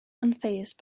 unfazed